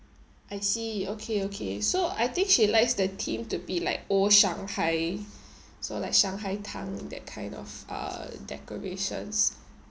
I see okay okay so I think she likes the theme to be like old shanghai so like shanghai tang that kind of uh decorations